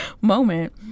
moment